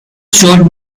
showed